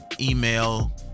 email